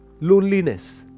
loneliness